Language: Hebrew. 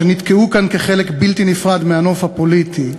שנתקעו כאן כחלק בלתי נפרד מהנוף הפוליטי,